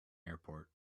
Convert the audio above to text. airport